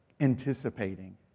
anticipating